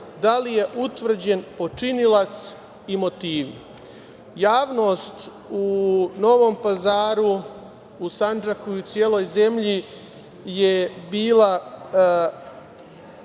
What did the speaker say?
Da li je utvrđen počinilac i motivi? Javnost u Novom Pazaru, u Sandžaku i u celoj zemlji je bila